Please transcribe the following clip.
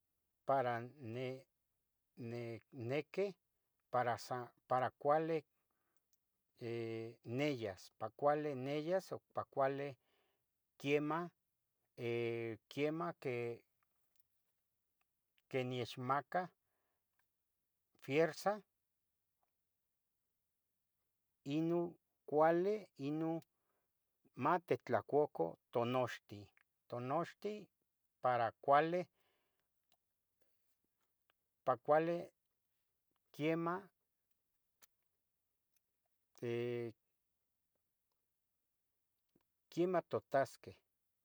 para neh nec nequi para san para cuali eh neyas, pa cuali neyas, pa cuali, quiemah, eh, quiemah que quiemnechmaca fierza, ino cuali ino matitlacuca tonoxtih tonoxtih, para cuali pa cuali quiemah, te quiemah totasqueh.